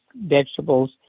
vegetables